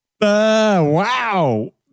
Wow